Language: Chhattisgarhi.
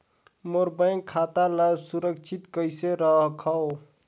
मोर बैंक खाता ला सुरक्षित कइसे रखव?